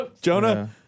Jonah